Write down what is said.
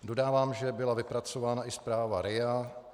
Dodávám, že byla vypracována i zpráva RIA.